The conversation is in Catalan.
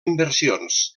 inversions